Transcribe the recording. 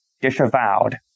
disavowed